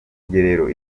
rugerero